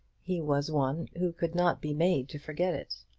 he was one who could not be made to forget it.